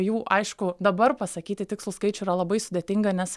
jų aišku dabar pasakyti tikslų skaičių yra labai sudėtinga nes